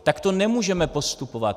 Takto nemůžeme postupovat.